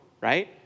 right